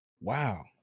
Wow